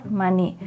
money